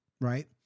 right